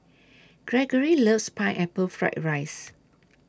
Gregory loves Pineapple Fried Rice